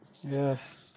Yes